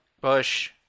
Bush